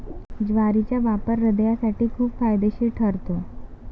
ज्वारीचा वापर हृदयासाठी खूप फायदेशीर ठरतो